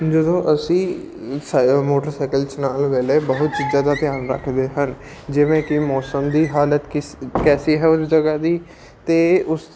ਜਦੋਂ ਅਸੀਂ ਸਾ ਮੋਟਰਸਾਈਕਲ ਚਲਾਉਣ ਵੇਲੇ ਬਹੁਤ ਚੀਜ਼ਾਂ ਦਾ ਧਿਆਨ ਰੱਖਦੇ ਹਨ ਜਿਵੇਂ ਕਿ ਮੌਸਮ ਦੀ ਹਾਲਤ ਕਿਸ ਕੈਸੀ ਹੈ ਉਸ ਜਗ੍ਹਾ ਦੀ ਅਤੇ ਉਸ